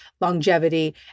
longevity